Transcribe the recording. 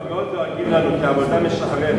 מאוד מאוד דואגים לנו, כי העבודה משחררת.